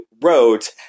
wrote